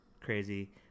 crazy